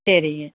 சரிங்க